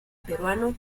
peruano